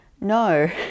no